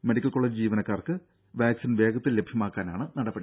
medical college ജീവനക്കാർക്ക് vaccine വേഗത്തിൽ ലഭ്യമാക്കാനാണ് നടപടി